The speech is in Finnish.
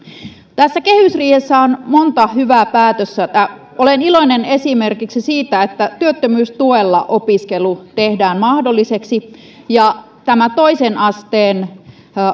tässä kehysriihessä on monta hyvää päätöstä olen iloinen esimerkiksi siitä että työttömyystuella opiskelu tehdään mahdolliseksi ja toisen asteen